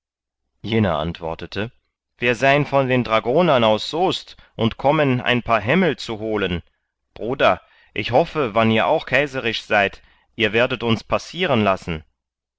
jener antwortete wir sein von den dragonern aus soest und kommen ein paar hämmel zu holen bruder ich hoffe wann ihr auch kaiserisch seid ihr werdet uns passieren lassen